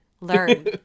Learn